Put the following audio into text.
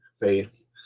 faith